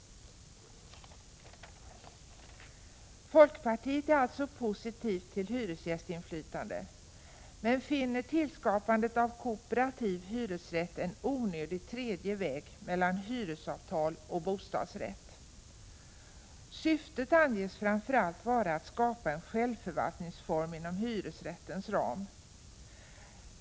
Folkpartiet är alltså positivt till hyresgästinflytande, men vi finner skapandet av en kooperativ hyresrätt vara en onödig tredje väg mellan hyresavtal och bostadsrätt. Syftet anges framför allt vara att skapa en självförvaltningsform inom hyresrättens ram.